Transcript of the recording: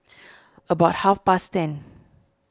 about half past ten